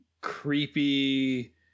creepy